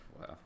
Wow